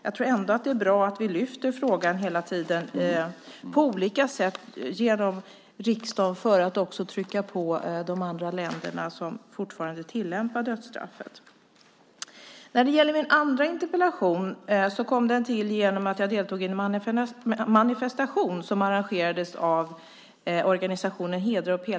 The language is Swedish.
Jag tror dock att det är bra att vi hela tiden lyfter fram frågan på olika sätt via riksdagen för att också trycka på övriga länder som fortfarande tillämpar dödsstraff. När det gäller min andra interpellation kom den till genom att jag deltog i en manifestation som arrangerades för att hedra Pelas och Fadimes minne.